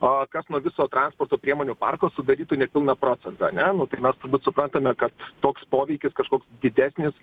a kas nuo viso transporto priemonių parko sudarytų nepilną procentą ane nu tai mes turbūt suprantame kad toks poveikis kažkoks didesnis